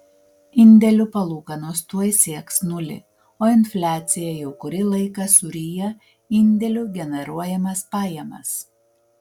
indėlių palūkanos tuoj sieks nulį o infliacija jau kurį laiką suryja indėlių generuojamas pajamas